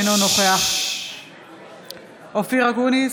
אינו נוכח אופיר אקוניס,